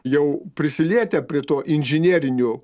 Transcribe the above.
jau prisilietę prie to inžinerinių